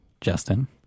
Justin